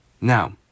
Now